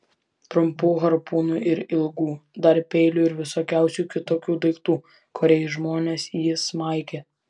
trumpų harpūnų ir ilgų dar peilių ir visokiausių kitokių daiktų kuriais žmonės jį smaigė